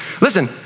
listen